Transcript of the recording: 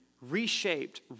reshaped